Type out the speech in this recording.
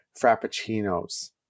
Frappuccinos